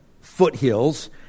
foothills